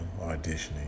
auditioning